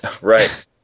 Right